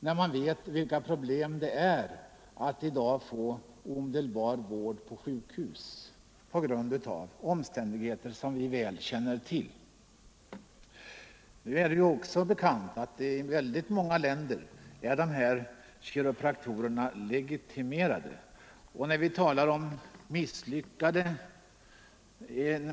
När man vet vilka svårigheter — Legitimation för det är att i dag få omedelbar vård på sjukhus, av omständigheter som vi vissa kiropraktorer känner väl till, bör man vara tacksam för det tillskott till resurserna som de välutbildade kiropraktorerna utgör. Det är också bekant att sådana kiropraktorer är legitimerade i många andra länder.